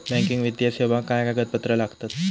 Banking वित्तीय सेवाक काय कागदपत्र लागतत?